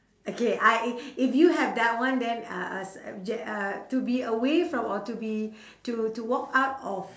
okay I if you have that one then uh a subj~ uh to be away from or to be to to walk out of